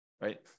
right